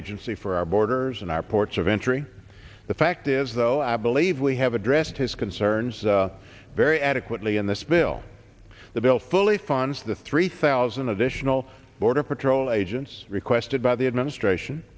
agency for our borders and our ports of entry the fact is though i believe we have addressed his concerns very adequately in this bill the bill fully funds the three thousand additional border patrol agents requested by the administration